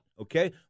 okay